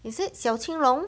is it 小青龙